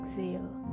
Exhale